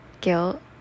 guilt